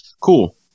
Cool